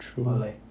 true